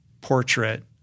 portrait